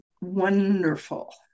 wonderful